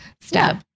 step